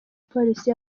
polisi